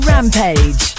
Rampage